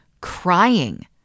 crying